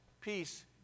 peace